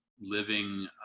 living